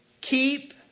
keep